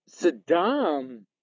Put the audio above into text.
Saddam